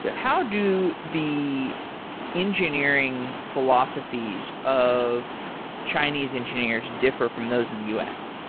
yeah how do the engineering philosophies of chinese engineers differ from those in the u s?